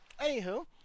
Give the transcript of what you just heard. Anywho